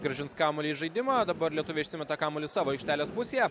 grąžins kamuolį į žaidimą dabar lietuviai išsimeta kamuolį savo aikštelės pusėje